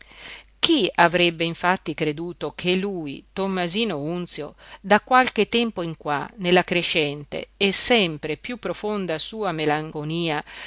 chi avrebbe infatti creduto che lui tommasino unzio da qualche tempo in qua nella crescente e sempre piú profonda sua melanconia